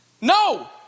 No